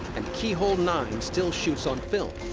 and keyhole nine still shoots on film.